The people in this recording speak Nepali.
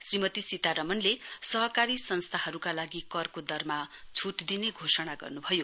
श्रीमती सीतारमणले सहकगारी संस्थाहरूका लागि करको दरमा छुट दिने घोषणा गर्नु भयो